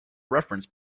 reference